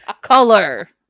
color